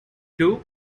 two